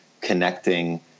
connecting